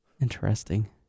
Interesting